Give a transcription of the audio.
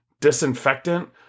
Disinfectant